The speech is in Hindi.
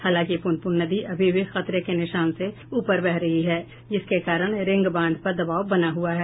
हालांकि पुनपुन नदी अभी भी खतरे के निशान से ऊपर बह रही है जिसके कारण रिंग बांध पर दबाव बना हुआ है